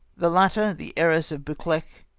the latter the lieiress of buccleuch,